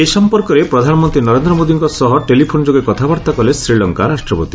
ଏ ସଂପର୍କରେ ପ୍ରଧାନମନ୍ତ୍ରୀ ନରେନ୍ଦ୍ର ମୋଦିଙ୍କ ସହ ଟେଲିଫୋନ୍ ଯୋଗେ କଥାବାର୍ତ୍ତା କଲେ ଶ୍ରୀଲଙ୍କା ରାଷ୍ଟ୍ରପତି